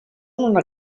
una